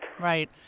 Right